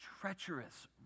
treacherous